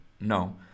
No